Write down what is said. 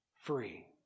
free